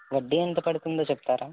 వడ్డీ ఎంత పడుతుందో చెప్తారా